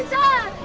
ha!